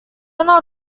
una